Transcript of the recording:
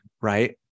right